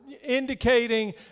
Indicating